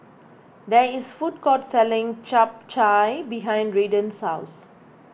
there is food court selling Chap Chai behind Redden's house